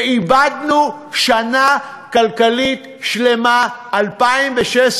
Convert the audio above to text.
ואיבדנו שנה כלכלית שלמה, 2016,